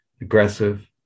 aggressive